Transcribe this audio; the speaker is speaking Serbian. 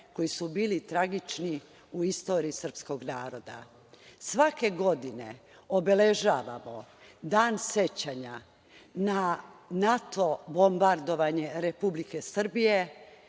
koji su bili tragični u istoriji srpskog naroda. Svake godine obeležavamo Dan sećanja na NATO bombardovanje Republike Srbije